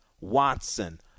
Watson